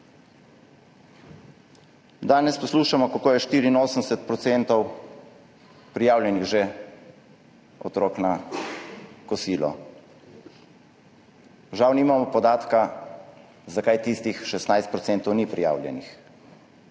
Danes poslušamo, kako je že 84 % prijavljenih otrok na kosilo. Žal nimamo podatka, zakaj tistih 16 % ni prijavljenih.